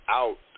out